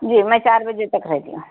جی میں چار بجے تک رہتی ہوں